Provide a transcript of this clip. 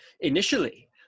initially